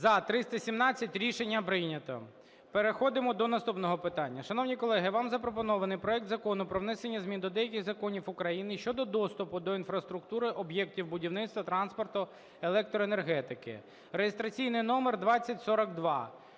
За – 317 Рішення прийнято. Переходимо до наступного питання. Шановні колеги, вам запропонований проект Закону про внесення змін до деяких законів України щодо доступу до інфраструктури об'єктів будівництва, транспорту, електроенергетики (реєстраційний номер 2042).